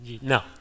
No